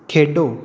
ਖੇਡੋ